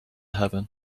heaven